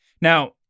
Now